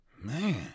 Man